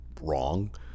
wrong